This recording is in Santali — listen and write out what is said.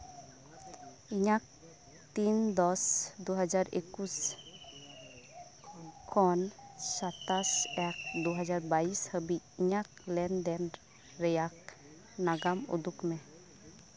ᱤᱧᱟᱜ ᱛᱤᱱ ᱫᱚᱥ ᱫᱩ ᱦᱟᱡᱟᱨ ᱮᱠᱩᱥ ᱠᱷᱚᱱ ᱥᱟᱛᱟᱥ ᱮᱠ ᱫᱩ ᱦᱟᱡᱟᱨ ᱦᱟᱵᱤᱡ ᱤᱧᱟᱹᱜ ᱞᱮᱱ ᱫᱮᱱ ᱨᱮᱭᱟᱜ ᱱ ᱟᱜᱟᱢ ᱩᱫᱩᱜᱽ ᱢᱮ